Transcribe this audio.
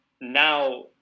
now